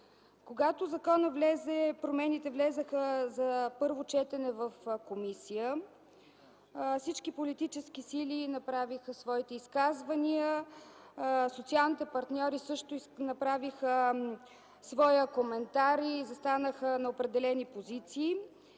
Когато промените влязоха за първо четене в комисията, всички политически сили направиха своите изказвания. Социалните партньори също направиха своя коментар и застанаха на определени позиции.